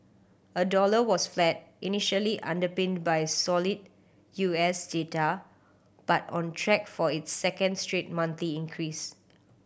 a dollar was flat initially underpinned by solid U S data but on track for its second straight monthly increase